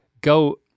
go